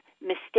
Mistakes